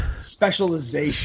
specialization